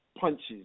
punches